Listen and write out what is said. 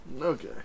Okay